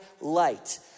light